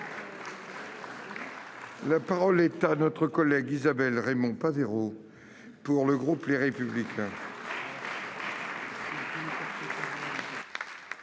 La parole est à Mme Isabelle Raimond-Pavero, pour le groupe Les Républicains.